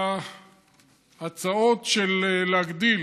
ההצעות להגדיל